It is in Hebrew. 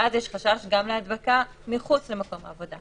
ואז יש חשש גם להדבקה מחוץ למקום העבודה.